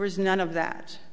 was none of that